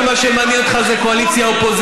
כשכל מה שמעניין אותך זה קואליציה אופוזיציה.